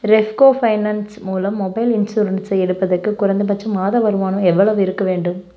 Repco finance மூலம் mobile insurance எடுப்பதற்கு குறைந்தபட்சம் மாத வருமானம் எவ்வளவு இருக்கவேண்டும்